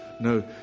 No